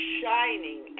shining